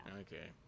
Okay